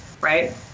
right